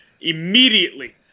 immediately